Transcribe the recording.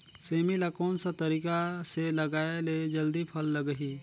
सेमी ला कोन सा तरीका से लगाय ले जल्दी फल लगही?